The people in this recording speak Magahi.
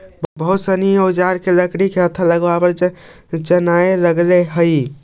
बहुत सनी औजार में लकड़ी के हत्था लगावल जानए लगले हई